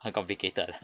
很 complicated leh